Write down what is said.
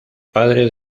padres